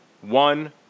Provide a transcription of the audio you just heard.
one